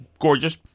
gorgeous